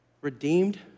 Redeemed